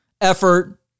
effort